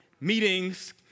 meetings